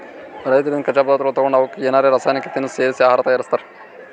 ರೈತರಿಂದ್ ಕಚ್ಚಾ ಪದಾರ್ಥಗೊಳ್ ತಗೊಂಡ್ ಅವಕ್ಕ್ ಏನರೆ ರಾಸಾಯನಿಕ್ ತಿನಸ್ ಸೇರಿಸಿ ಆಹಾರ್ ತಯಾರಿಸ್ತಾರ್